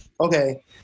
okay